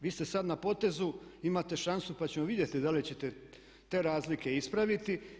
Vi ste sad na potezu, imate šansu, pa ćemo vidjeti da li ćete te razlike ispraviti.